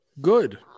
Good